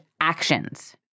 actions